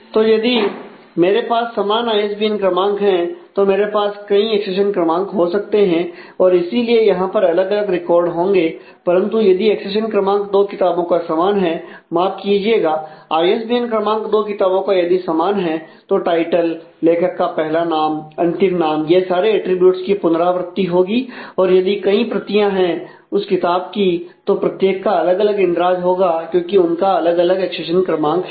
तो यदि मेरे पास समान आईएसबीएन क्रमांक हैं तो मेरे पास कहीं एक्सेशन क्रमांक हो सकते हैं और इसीलिए यहां पर अलग अलग रिकॉर्ड होंगे परंतु यदि एक्सेशन क्रमांक दो किताबों का समान है माफ कीजिएगा आईएसबीएन क्रमांक दो किताबों का यदि समान है तो टाइटल लेखक का पहला नाम अंतिम नाम यह सारे अटरीब्यूट्स की पुनरावृत्ति होगी और यदि कई प्रतियां है उस किताब की तो प्रत्येक का अलग अलग इंद्राज होगा क्योंकि उनका अलग अलग एक्शेसन क्रमांक है